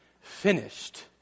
finished